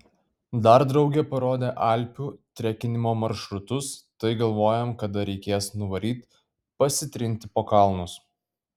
dar draugė parodė alpių trekinimo maršrutus tai galvojam kada reikės nuvaryt pasitrinti po kalnus